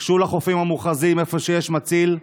גשו לחופים המוכרזים, שיש בהם מציל.